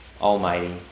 almighty